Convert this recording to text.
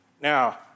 Now